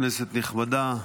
כנסת נכבדה,